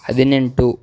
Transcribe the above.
ಹದಿನೆಂಟು